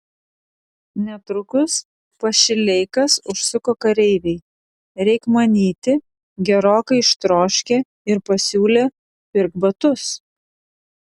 netrukus pas šileikas užsuko kareiviai reik manyti gerokai ištroškę ir pasiūlė pirk batus